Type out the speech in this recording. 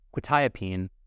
quetiapine